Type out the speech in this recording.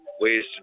Ways